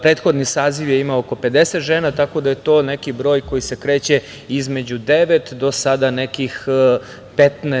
Prethodni saziv je imao oko 50 žena, tako da je to neki broj koji se kreće između devet, do sada nekih 15%